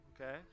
okay